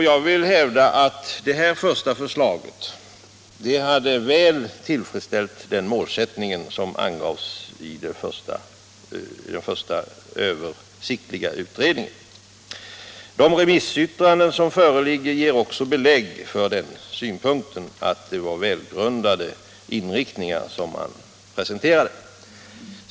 Jag vill hävda att det första förslaget väl hade tillfredsställt den målsättning som angavs i den första översiktliga utredningen. De remissyttranden som föreligger ger också belägg för synpunkten att det var välgrundade indelningar som presenterades.